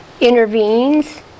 intervenes